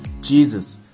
Jesus